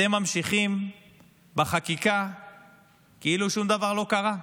אתם ממשיכים בחקיקה כאילו שום דבר לא קרה.